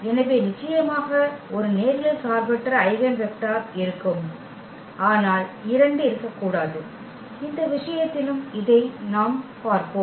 எனவே நிச்சயமாக ஒரு நேரியல் சார்பற்ற ஐகென் வெக்டர் இருக்கும் ஆனால் இரண்டு இருக்கக்கூடாது இந்த விஷயத்திலும் இதை நாம் பார்ப்போம்